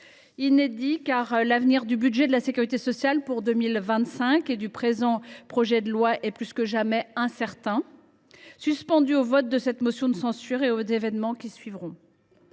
projet de loi de financement de la sécurité sociale pour 2025 et du présent projet de loi de finances est plus que jamais incertain, suspendu au vote de cette motion de censure et aux événements qui suivront.